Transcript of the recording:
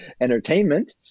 entertainment